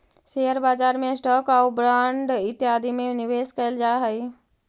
share बाजार में stock आउ बांड इत्यादि में निवेश कैल जा हई